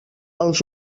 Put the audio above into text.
als